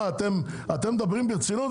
אתם מדברים ברצינות?